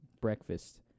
breakfast